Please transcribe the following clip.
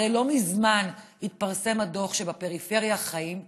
הרי לא מזמן התפרסם דוח שלפיו שבפריפריה חיים פחות.